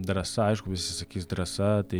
drąsa aišku visi sakys drąsa tai